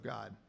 God